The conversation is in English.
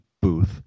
booth